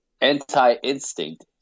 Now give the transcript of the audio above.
anti-instinct